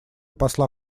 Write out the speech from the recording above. посла